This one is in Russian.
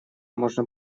можно